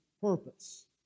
purpose